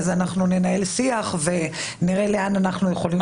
אנחנו ננהל שיח ונראה לאן אנחנו יכולים להגיע.